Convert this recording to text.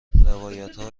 روایتها